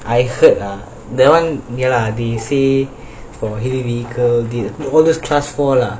I heard that one ya lah they say for heavy vehicle the oldest class four lah